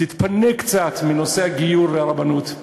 תתפנה קצת מנושא הגיור והרבנות,